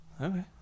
okay